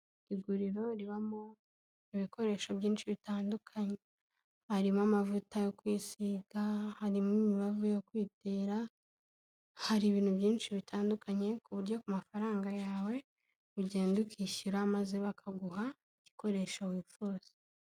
Iguriro ribamo ibikoresho byinshi bitandukanye, harimo amavuta yo kwisiga, harimo imibavu yo kwitera, hari ibintu byinshi bitandukanye ku buryo ku mafaranga yawe ugenda ukishyura maze bakaguha igikoresho wifuza.